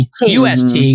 UST